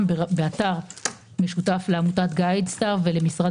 באתר משותף לעמותת גייד סטאר ולרשם